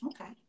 Okay